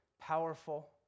powerful